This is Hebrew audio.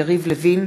ירושלים,